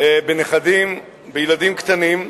בנכדים, בילדים קטנים,